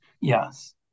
Yes